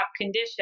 condition